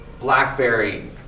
Blackberry